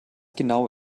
genau